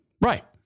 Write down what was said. Right